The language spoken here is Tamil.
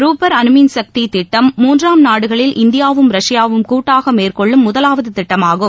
ருப்பர் அனுமின்சக்தி திட்டம்தான் மூன்றாம் நாடுகளில் இந்தியாவும் ரஷ்பாவும் கூட்டாக மேற்கொள்ளும் முதலாவது திட்டமாகும்